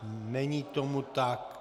Není tomu tak.